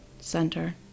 center